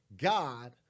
God